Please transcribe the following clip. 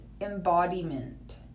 embodiment